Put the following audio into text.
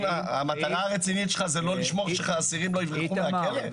המטרה הרצינית שלך היא לא לשמור שאסירים לא יברחו מהכלא?